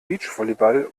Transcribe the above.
beachvolleyball